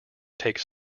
takes